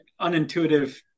unintuitive